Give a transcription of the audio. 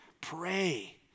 Pray